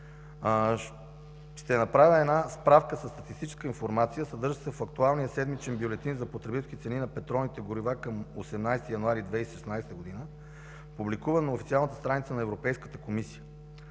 ще направя една справка със статистическа информация, съдържаща се в актуалния Седмичен бюлетин за потребителските цени на петролните горива към 18 януари 2016 г., публикуван на официалната страница на Европейската комисия.